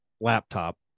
laptop